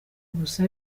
gusa